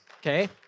okay